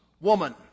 woman